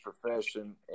profession